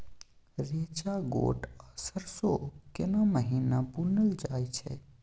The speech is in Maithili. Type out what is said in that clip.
रेचा, गोट आ सरसो केना महिना बुनल जाय छै?